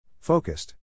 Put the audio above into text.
Focused